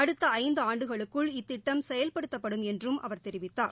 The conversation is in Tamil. அடுத்தஐந்துஆண்டுகளுக்குள் இத்திட்டம் செயல்படுத்தப்படும் என்றும் அவர் தெரிவித்தார்